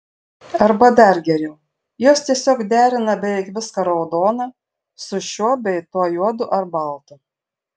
arba dar geriau jos tiesiog derina beveik viską raudoną su šiuo bei tuo juodu ar baltu